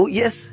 yes